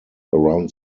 around